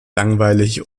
langweilig